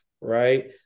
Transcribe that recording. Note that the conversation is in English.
right